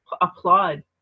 applaud